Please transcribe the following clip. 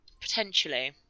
Potentially